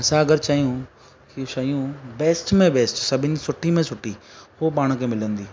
असां अगरि चयूं की शयूं बैस्ट में बैस्ट सभिनि सुठी में सुठी उहो पाण खे मिलंदी